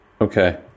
Okay